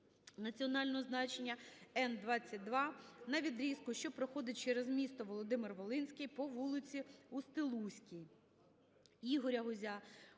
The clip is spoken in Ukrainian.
національного значення Н-22 на відрізку, що проходить через місто Володимир-Волинський по вулиці Устилузькій.